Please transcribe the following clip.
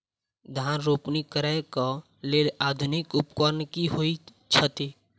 धान रोपनी करै कऽ लेल आधुनिक उपकरण की होइ छथि?